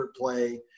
play